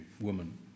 woman